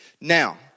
Now